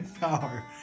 power